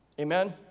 Amen